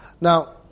Now